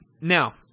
now